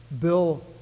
Bill